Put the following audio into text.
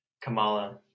Kamala